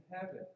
heaven